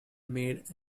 made